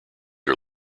are